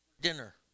dinner